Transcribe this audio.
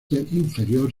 inferior